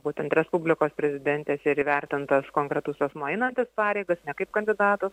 būtent respublikos prezidentės ir įvertintas konkretus asmuo einantis pareigas ne kaip kandidatas